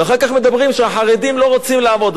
ואחר כך אומרים שהחרדים לא רוצים לעבוד.